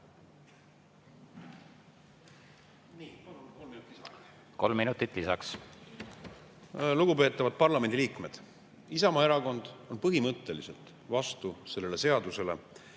Nii. Palun kolm minutit lisaaega.